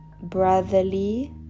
brotherly